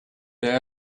there